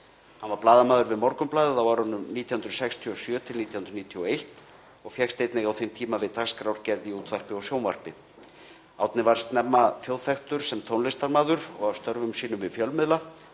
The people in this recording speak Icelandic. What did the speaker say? Hann var blaðamaður við Morgunblaðið á árunum 1967–1991 og fékkst einnig á þeim tíma við dagskrárgerð í útvarpi og sjónvarpi. Árni varð snemma þjóðþekktur sem tónlistarmaður og af störfum sínum við fjölmiðla